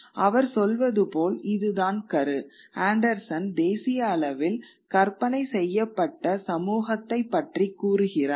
அவர் சொல்வது போல் இதுதான் கரு ஆண்டர்சன் தேசிய அளவில் கற்பனை செய்யப்பட்ட சமூகத்தைப் பற்றி கூறுகிறார்